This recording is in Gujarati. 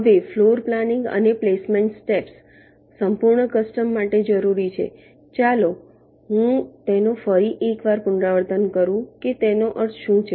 હવે ફ્લોર પ્લાનિંગ અને પ્લેસમેન્ટ સ્ટેપ્સ સંપૂર્ણ કસ્ટમ્સ માટે જરૂરી છે ચાલો હુંતેનો ફરી એક વાર પુનરાવર્તન કરું કે તેનો અર્થ શુંછે